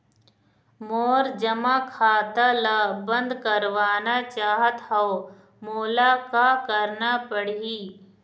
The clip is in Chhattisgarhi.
मोर जमा खाता ला बंद करवाना चाहत हव मोला का करना पड़ही?